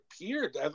appeared